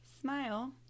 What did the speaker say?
smile